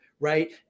Right